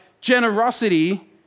generosity